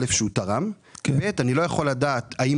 א' שהוא תרם וב' אני לא יכול לדעת האם